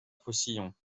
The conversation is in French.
faucillon